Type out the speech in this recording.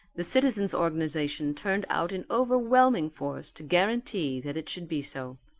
the citizens' organization turned out in overwhelming force to guarantee that it should be so.